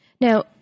Now